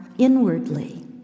Inwardly